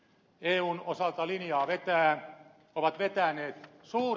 eun osalta linjaa ovat vetäneet suuret jäsenmaat